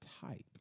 type